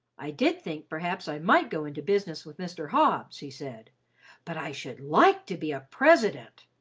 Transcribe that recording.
i did think perhaps i might go into business with mr. hobbs, he said but i should like to be a president.